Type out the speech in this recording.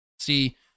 see